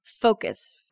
focus